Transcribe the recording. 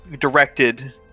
directed